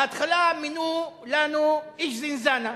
בהתחלה מינו לנו איש "זינזאנה",